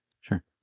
Sure